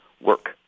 work